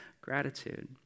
Gratitude